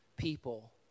people